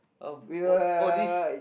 oh oh oh this